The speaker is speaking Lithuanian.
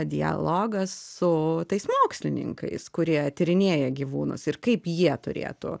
dialogas su tais mokslininkais kurie tyrinėja gyvūnus ir kaip jie turėtų